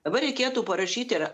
dabar reikėtų parašyti